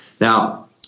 now